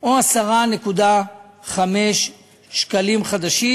או 10.5 שקלים חדשים,